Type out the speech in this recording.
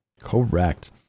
Correct